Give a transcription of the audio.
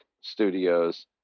studios